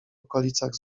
okolicach